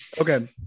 Okay